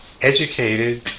educated